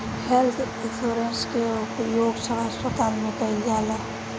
health insurance के उपयोग सब अस्पताल में कईल जाता